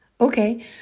okay